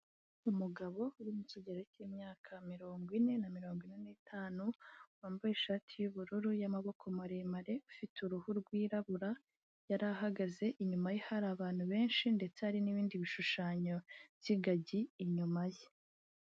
Umugabo uri mu kigero cy'imyaka mirongo ine na mirongo ine n'itanu, wambaye ishati y'ubururu y'amaboko maremare afite uruhu rwirabura, yari ahagaze inyuma ye hari abantu benshi ndetse hari n'ibindi bishushanyo by'ingagi inyuma ye.